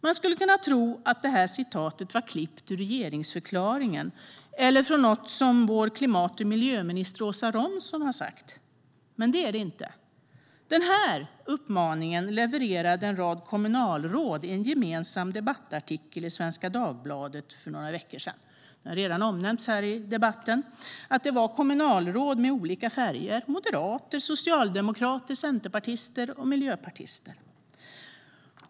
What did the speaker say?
Man skulle kunna tro att detta är klippt ur regeringsförklaringen eller från något som vår klimat och miljöminister Åsa Romson har sagt. Men det är det inte. Denna uppmaning levererades av en rad kommunalråd i en gemensam debattartikel i Svenska Dagbladet för några veckor sedan. Det har redan omnämnts här i debatten att det var kommunalråd med olika färger - moderater, socialdemokrater, centerpartister och miljöpartister.